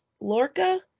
Lorca